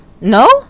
No